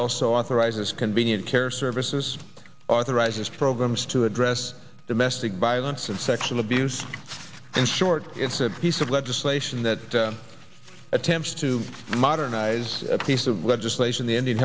also authorizes convenient care services authorizes programs to address domestic violence and sexual abuse in short it's a piece of legislation that attempts to modernize a piece of legislation the indian